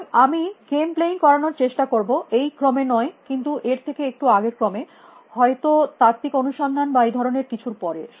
সুতরাং আমি game playing করানোর চেষ্টা করব এই ক্রমে নয় কিন্তু এর থেকে একটু আগের ক্রমে হয়ত তাত্ত্বিক অনুসন্ধান বা এই ধরনের কিছুর পরে